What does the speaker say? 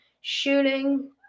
shooting